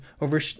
over